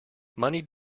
money